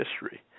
history